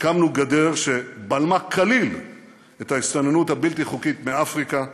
הקמנו גדר שבלמה כליל את ההסתננות הבלתי-חוקית מאפריקה,